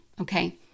okay